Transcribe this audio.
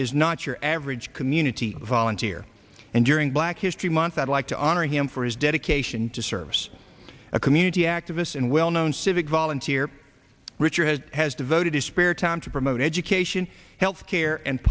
is not your average community volunteer and during black history month i'd like to honor him for his dedication to service a community activist and well known civic volunteer richard has has devoted his spare time to promote education health care and